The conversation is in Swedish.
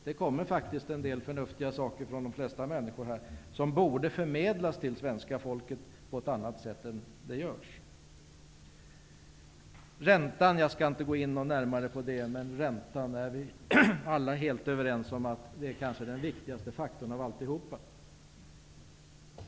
Det kommer faktiskt en del förnuftiga saker från de flesta ledamöter som borde förmedlas till svenska folket på ett annat sätt än vad som sker. Räntan skall jag inte gå in närmare på. Men alla är helt överens om att räntan är den kanske viktigaste faktorn i alltihop.